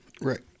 Right